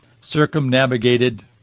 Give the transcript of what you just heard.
circumnavigated